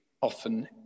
often